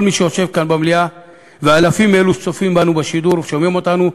כל מי שיושב כאן במליאה ואלפים מאלו שצופים בנו בשידור או שומעים אותנו,